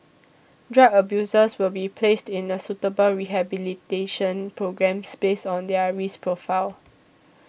drug abusers will be placed in a suitable rehabilitation programmes based on their risk profile